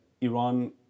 Iran